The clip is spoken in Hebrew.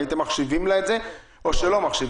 האם האם אתם מחשיבים לה את זה או לא מחשיבים?